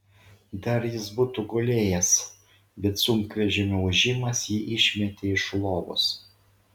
dar jis būtų gulėjęs bet sunkvežimio ūžimas jį išmetė iš lovos